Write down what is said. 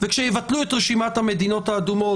כשיבטלו את רשימת המדינות האדומות